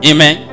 Amen